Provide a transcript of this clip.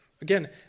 Again